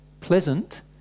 pleasant